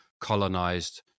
colonized